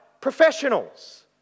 professionals